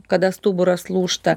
kada stuburas lūžta